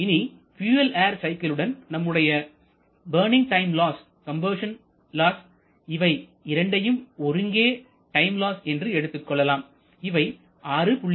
இனி fuel air சைக்கிளுடன் நம்முடைய burning time loss combustion loss இவை இரண்டையும் ஒருங்கே டைம் லாஸ் என்று எடுத்துக்கொள்ளலாம் இவை 6